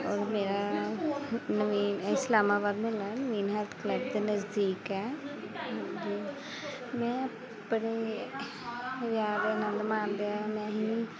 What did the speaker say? ਔਰ ਮੇਰਾ ਨਵੀਨ ਇਸਲਾਮਾਬਾਦ ਮੁਹੱਲਾ ਹੈ ਨਵੀਨ ਹੈਲਥ ਕਲੱਬ ਦੇ ਨਜ਼ਦੀਕ ਹੈ ਮੈਂ ਆਪਣੇ ਵਿਆਹ ਦਾ ਆਨੰਦ ਮਾਣਦੇ ਹੋਏ ਮੈਂ ਹੀ